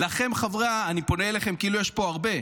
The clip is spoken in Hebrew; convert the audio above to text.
אני פונה אליכם, כאילו יש פה הרבה.